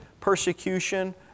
persecution